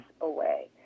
away